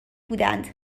بودند